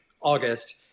August